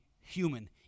human